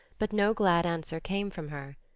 but no glad answer came from her.